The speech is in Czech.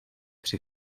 při